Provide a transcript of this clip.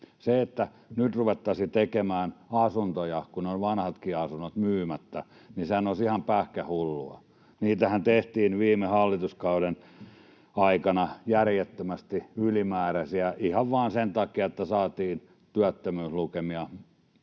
Sehän, että nyt ruvettaisiin tekemään asuntoja, kun on vanhatkin asunnot myymättä, olisi ihan pähkähullua. Niitähän tehtiin viime hallituskauden aikana järjettömästi ylimääräisiä ihan vaan sen takia, että saatiin työllisyyslukemia